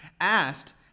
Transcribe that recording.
asked